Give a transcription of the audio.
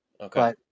Okay